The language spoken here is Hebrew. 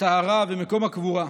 הטהרה ומקום הקבורה.